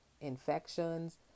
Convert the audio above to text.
infections